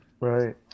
Right